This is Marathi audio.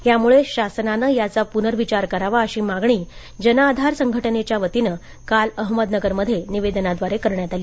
त्यामूळे शासनाने याचा पूनर्विचार करावा अशी मागणी जन आधार चसंघटनेच्या वतीनं काल हमदनगर मध्ये निवेदनाद्वारे करण्यात आली